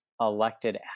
elected